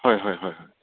হয় হয় হয় হয়